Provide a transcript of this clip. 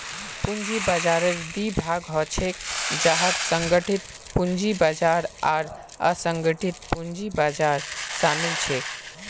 पूंजी बाजाररेर दी भाग ह छेक जहात संगठित पूंजी बाजार आर असंगठित पूंजी बाजार शामिल छेक